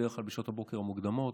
בדרך כלל בשעות הבוקר המוקדמות.